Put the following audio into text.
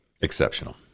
Exceptional